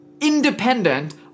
independent